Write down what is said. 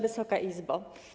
Wysoka Izbo!